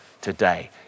today